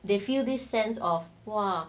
they feel this sense of